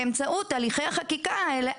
באמצעות הליכי חקיקה האלה,